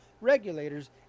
regulators